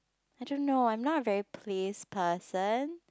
I don't know I'm not a very place person